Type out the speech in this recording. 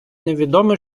невідоме